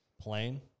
plane